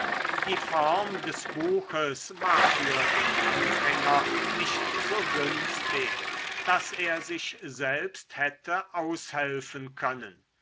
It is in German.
die form des buches war für den anfänger nicht so günstig daß er sich selbst hätte aushelfen können